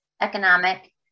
economic